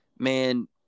man